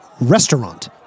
Restaurant